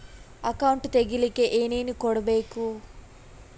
Account ತೆಗಿಲಿಕ್ಕೆ ಏನೇನು ಕೊಡಬೇಕು?